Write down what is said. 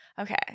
okay